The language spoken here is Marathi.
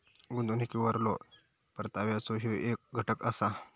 गुंतवणुकीवरलो परताव्याचो ह्यो येक घटक असा